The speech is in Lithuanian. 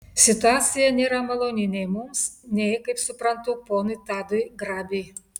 situacija nėra maloni nei mums nei kaip suprantu ponui tadui grabiui